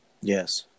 yes